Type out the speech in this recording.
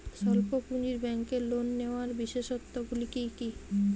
স্বল্প পুঁজির ব্যাংকের লোন নেওয়ার বিশেষত্বগুলি কী কী?